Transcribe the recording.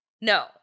No